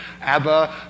Abba